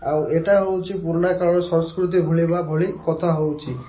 ଆଉ ଏଇଟା ହେଉଛି ପୁରୁଣା କାଳର ସଂସ୍କୃତି ଭୁଲିବା ଭଳି କଥା ହେଉଛି